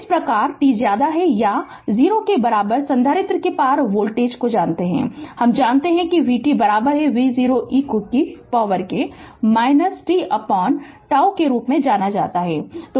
इस प्रकार t या 0 के बराबर संधारित्र के पार वोल्टेज हम जानते हैं कि v t V0 e को शक्ति t τ के रूप में जाना जाता है